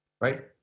Right